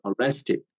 arrested